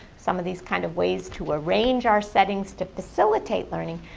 some of these kinds of ways to arrange our settings to facilitate learning.